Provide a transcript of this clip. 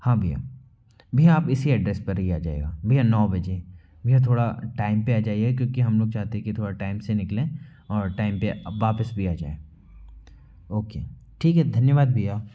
हाँ भैया भैया आप इसी एड्रेस पर ही आ जाइएगा भैया नौ बजे भैया थोड़ा टाइम पर आ जाइए क्योंकि हम लोग चाहते कि थोड़ा टाइम से निकलें और टाइम पर वापस भी आ जाएं ओके ठीक है धन्यवाद भैया